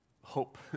hope